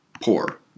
poor